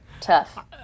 Tough